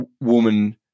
woman